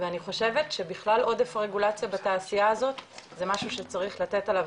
אני חושבת שבכלל עודף רגולציה בתעשייה הזאת זה משהו שצריך לתת עליו